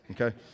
Okay